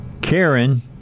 Karen